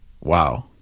Wow